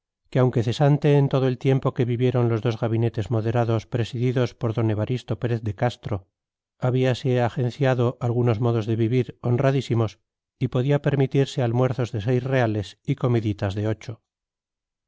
que aunque cesante en todo el tiempo que vivieron los dos gabinetes moderados presididos por d evaristo pérez de castro habíase agenciado algunos modos de vivir honradísimos y podía permitirse almuerzos de seis reales y comiditas de ocho